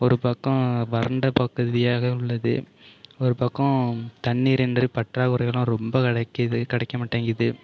ஒரு பக்கம் வறண்ட பகுதியாக உள்ளது ஒரு பக்கம் தண்ணீரின்றி பற்றாகுறைகளும் ரொம்ப கிடைக்கிது கிடைக்க மாட்டிங்குது